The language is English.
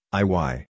iy